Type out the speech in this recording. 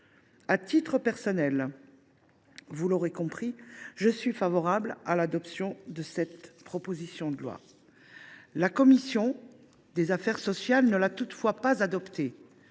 À titre personnel, vous l’aurez compris, mes chers collègues, je suis favorable à l’adoption de la proposition de loi. La commission des affaires sociales ne l’a toutefois pas adoptée,